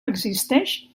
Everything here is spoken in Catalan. existeix